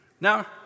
Now